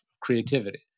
creativity